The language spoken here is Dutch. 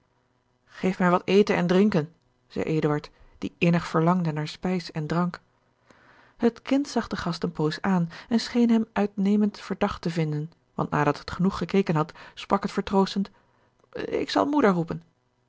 geef mij wat eten en drinken zeî eduard die innig verlangde naar spijs en drank het kind zag den gast een poos aan en scheen hem nitnemend verdacht te vinden want nadat het genoeg gekeken had sprak het vertroostend ik zal moeder roepen